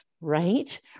right